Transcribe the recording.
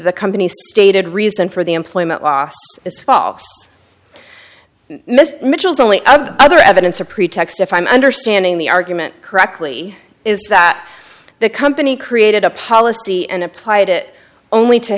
the company's stated reason for the employment is false mr mitchell's only other evidence a pretext if i'm understanding the argument correctly is that the company created a policy and applied it only to